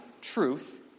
truth